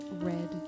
red